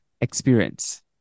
experience